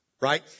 right